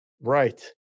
Right